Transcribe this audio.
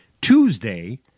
Tuesday